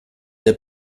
der